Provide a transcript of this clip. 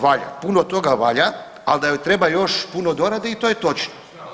Valja, puno toga valja, ali da joj treba još puno dorade i to je točno.